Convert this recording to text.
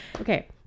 okay